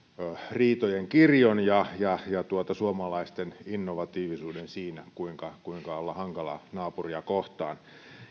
riitojen kirjon ja suomalaisten innovatiivisuuden siinä kuinka kuinka olla hankala naapuria kohtaan